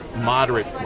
moderate